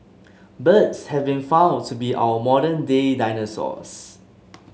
birds have been found to be our modern day dinosaurs